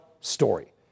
story